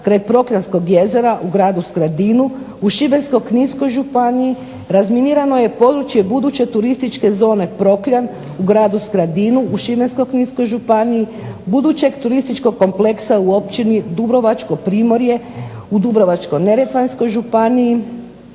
kraj Prokljanskog jezera u gradu Skradinu, u Šibensko-kninskoj županiji razminirano je područje buduće turističke zone Prokljan u gradu Skradinu u Šibensko-kninskoj županiji, budućeg turističkog kompleksa u općini Dubrovačko primorje u Dubrovačko-neretvanskoj županiji,